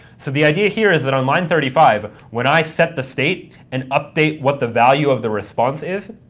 so the idea here is that on line thirty five, when i set the state and update what the value of the response response is,